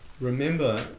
remember